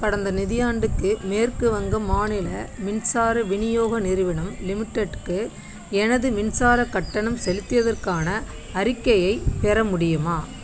கடந்த நிதியாண்டுக்கு மேற்கு வங்க மாநில மின்சார விநியோக நிறுவனம் லிமிடெட்க்கு எனது மின்சாரக் கட்டணம் செலுத்தியதற்கான அறிக்கையைப் பெற முடியுமா